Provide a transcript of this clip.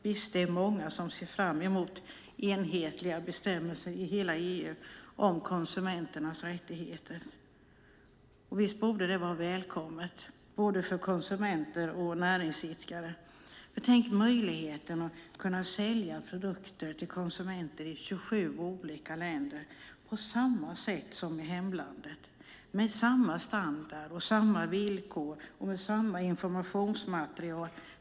Visst är det många som ser fram mot enhetliga bestämmelser i hela EU om konsumenternas rättigheter, och visst borde det vara välkommet för både konsumenter och näringsidkare. Tänk dig möjligheten att sälja produkter till konsumenter i 27 olika länder på samma sätt som i hemlandet, med samma standard och samma villkor och med samma informationsmaterial.